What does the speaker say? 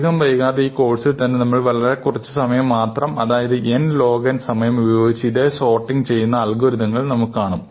അധികം വൈകാതെ ഈ കോഴ്സിൽ തന്നെ വളരെ കുറച്ച് സമയം മാത്രം അതായത് n log n സമയം ഉപയോഗിച്ച് ഇതേ സോർട്ടിങ് ചെയ്യുന്ന അൽഗോരിതങ്ങൾ നമ്മൾ കാണും